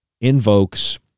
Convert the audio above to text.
invokes